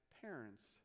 parents